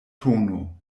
tono